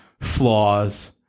flaws